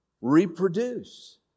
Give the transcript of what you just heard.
reproduce